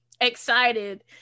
excited